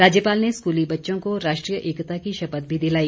राज्यपाल ने स्कूली बच्चों को राष्ट्रीय एकता की शपथ भी दिलाई